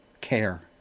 care